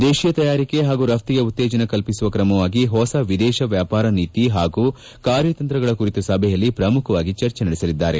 ದೇತೀಯ ತಯಾರಿಕೆ ಹಾಗೂ ರಫ್ಲಿಗೆ ಉತ್ತೇಜನ ಕಲ್ಲಿಸುವ ಕ್ರಮವಾಗಿ ಹೊಸ ವಿದೇಶ ವ್ಲಾಪಾರ ನೀತಿ ಹಾಗೂ ಕಾರ್ಯತಂತ್ರಗಳ ಕುರಿತು ಸಭೆಯಲ್ಲಿ ಪ್ರಮುಖವಾಗಿ ಚರ್ಚೆ ನಡೆಸಲಿದ್ದಾರೆ